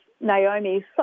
Naomi